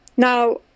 Now